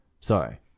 sorry